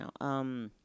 now